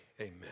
amen